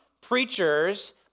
preachers